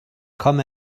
come